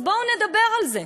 אז בואו נדבר על זה.